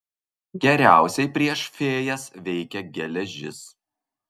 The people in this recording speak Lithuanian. geriausiai prieš fėjas veikia geležis